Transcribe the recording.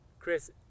chris